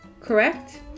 correct